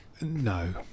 no